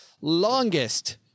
Longest